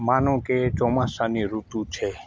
માનો કે ચોમાસાની ઋતુ છે